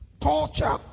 culture